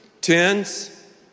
tens